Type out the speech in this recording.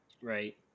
right